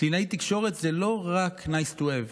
קלינאית תקשורת זה לא רק nice to have,